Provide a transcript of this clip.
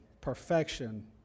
perfection